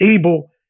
able